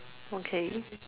okay